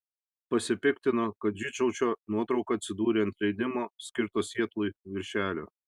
pasipiktino kad žydšaudžio nuotrauka atsidūrė ant leidimo skirto sietlui viršelio